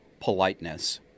politeness